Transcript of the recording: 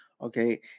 okay